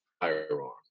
firearm